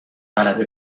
غلبه